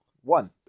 one